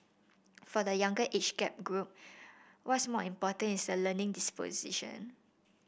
for the younger age gap group what's more important is the learning disposition